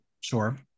Sure